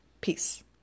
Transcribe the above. Peace